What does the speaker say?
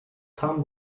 tam